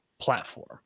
platform